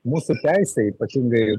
mūsų teisei ypatingai